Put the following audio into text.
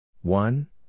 One